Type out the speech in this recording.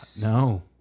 no